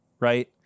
Right